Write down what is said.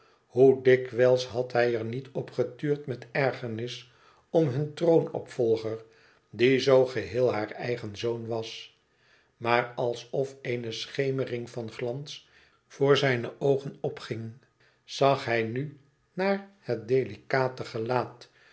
hoe dikwijls had hij er niet op getuurd met ergernis om hun troonopvolger die zoo geheel haar eigen zoon was maar alsof eene schemering van glans voor zijne oogen aar opging zag hij nu naar het delicate gelaat